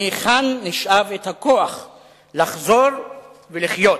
מהיכן נשאב את הכוח לחזור ולחיות,